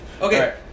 Okay